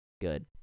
good